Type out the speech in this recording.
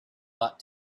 bought